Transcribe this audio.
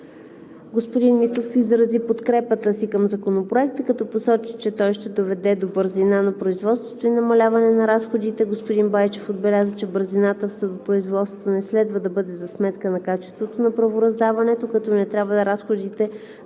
Господин Митев изрази подкрепата си към Законопроекта, като посочи, че той ще доведе до бързина на производството и намаляване на разходите. Господин Байчев отбеляза, че бързината в съдопроизводството не следва да бъде за сметка на качеството на правораздаването, като не трябва разходите